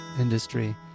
industry